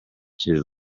too